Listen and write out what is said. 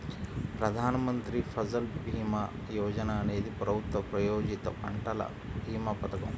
ప్రధాన్ మంత్రి ఫసల్ భీమా యోజన అనేది ప్రభుత్వ ప్రాయోజిత పంటల భీమా పథకం